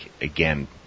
again